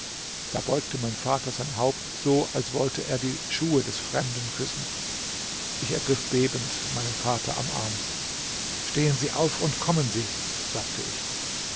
da beugte mein vater sein haupt so als wollte er die schuhe des fremden küssen ich ergriff bebend meinen vater am arm stehen sie auf und kommen sie sagte ich